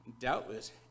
doubtless